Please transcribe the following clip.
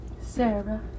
Sarah